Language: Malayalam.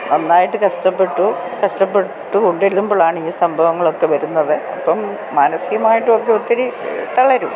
നന്നായിട്ട് കഷ്ടപ്പെട്ടു കഷ്ടപ്പെട്ട് കൊണ്ട് ചെല്ലൂമ്പോഴാണ് ഈ സംഭവങ്ങളൊക്കെ വരുന്നത് അപ്പം മാനസികമായിട്ടുമൊക്കെ ഒത്തിരി തളരും